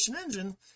engine